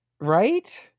right